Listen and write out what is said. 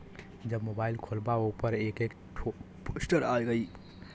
जब मोबाइल खोल्बा ओपर एक एक ठो पोस्टर आ जाई